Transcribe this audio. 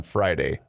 Friday